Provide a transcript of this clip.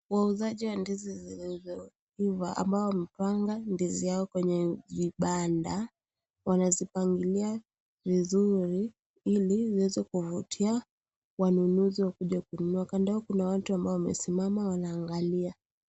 Wauzaji wa ndizi zilizoiva, ambao wamepanga ndizi yao kwenye vibanda, wanazipangilia vizuri Ili ziweze kuvutia wanunuzi wakuje kununua. Kando yao Yao kuna watu ambao wamesimama wanaangalia.